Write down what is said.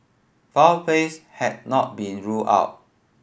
foul plays has not been ruled out